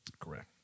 correct